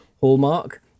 Hallmark